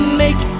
make